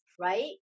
right